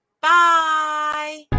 Bye